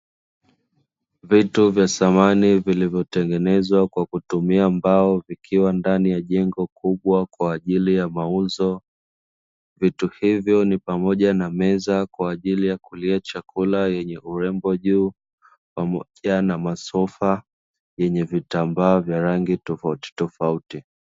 Vitu vya dhamani vilivyotengenezwa kwa kutumia mbao vikiwa ndani ya jengo kubwa kwa ajili ya mauzo, vitu hivyo ni pamoja na meza kwa ajili ya kulia chakula yenye urembo juu, pamoja na masofa yenye vitambaa vya rangi tofautitofauti.